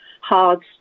hard